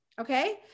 Okay